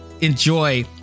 enjoy